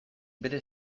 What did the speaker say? bere